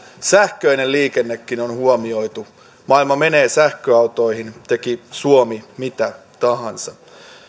sähköinen liikennekin on on huomioitu maailma menee sähköautoihin teki suomi mitä tahansa